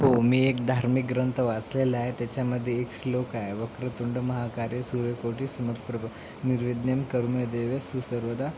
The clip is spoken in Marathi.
हो मी एक धार्मिक ग्रंथ वाचलेला आहे त्याच्यामध्ये एक श्लोक आहे वक्रतुंड महाकाय सूर्यकोटि समप्रभ निर्विज्ञम् कर्मे देव सुसर्वदा